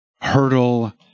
hurdle